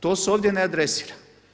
To se ovdje ne adresira.